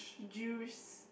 Jews